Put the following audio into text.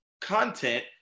content